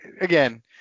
again